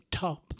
top